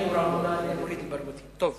חבר הכנסת טיבי,